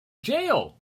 jail